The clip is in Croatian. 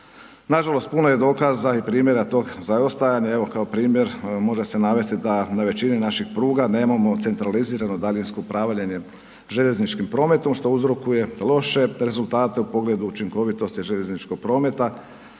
Nažalost puno je dokaza i primjera tog zaostajanja, evo kao primjer može se navesti da na većini naših pruga nemamo centralizirano daljinsko upravljanje željezničkim prometom što uzrokuje loše rezultate u pogledu učinkovitosti željezničkog prometa,